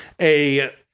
a-